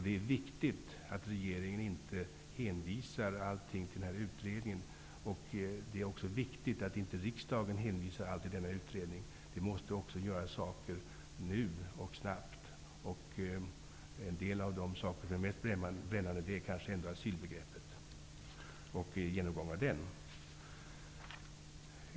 Det är viktigt att regeringen och riksdagen inte hänvisar allting till utredningen. Det måste också vidtas åtgärder nu och snabbt. En av den kanske mest brännande åtgärden är kanske att ändra asylbegreppet.